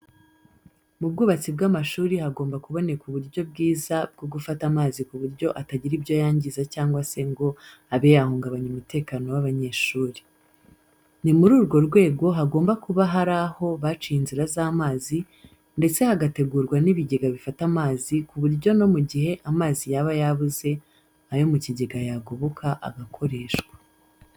Mu bwubatsi bw'amashuri hagomba kuboneka uburyo bwiza bwo gufata amazi ku buryo atagira ibyo yangiza cyangwa se ngo abe yahungabanya umutekano w'abanyeshuri. Ni muri urwo rwego hagomba kuba hari aho baciye inzira z'amazi ndetse hagategurwa n'ibigega bifata amazi ku buryo no mu gihe amazi yaba yabuze ayo mu kigega yagoboka agakoreshwa.